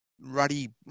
ruddy